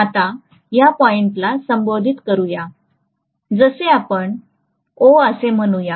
आता या पॉइंटला संबोधित करूया जसे आपण O असे म्हणू या